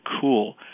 cool